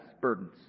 burdens